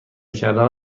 کردن